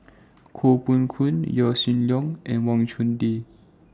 Koh Poh Koon Yaw Shin Leong and Wang Chunde